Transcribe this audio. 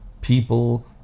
people